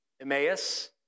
Emmaus